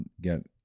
get